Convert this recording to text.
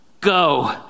Go